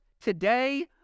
today